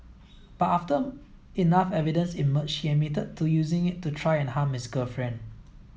but after enough evidence emerged he admitted to using it to try and harm his girlfriend